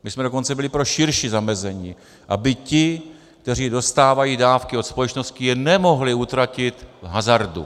My jsme dokonce byli pro širší zamezení, aby ti, kteří dostávají dávky od společnosti, je nemohli utratit v hazardu.